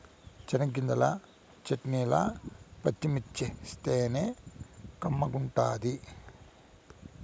చెనగ్గింజల చెట్నీల పచ్చిమిర్చేస్తేనే కమ్మగుంటది